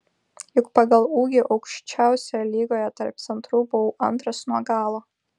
juk pagal ūgį aukščiausioje lygoje tarp centrų buvau antras nuo galo